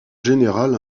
général